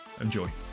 Enjoy